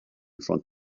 front